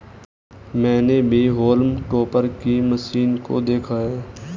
मैंने भी हॉल्म टॉपर की मशीन को देखा है